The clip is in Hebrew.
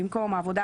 במקום "העבודה,